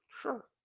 sure